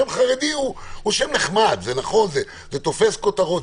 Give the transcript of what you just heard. אז השם "חרדי" זה שם נחמד וזה תופס כותרות,